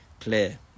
clear